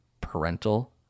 parental